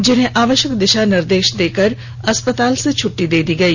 जिन्हें आवश्यक दिशा निर्देश देकर अस्पताल से छुटटी दी गई